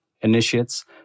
initiates